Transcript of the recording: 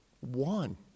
one